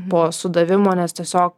po sudavimo nes tiesiog